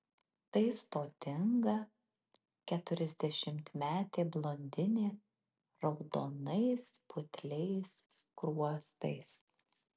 tai stotinga keturiasdešimtmetė blondinė raudonais putliais skruostais